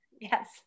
yes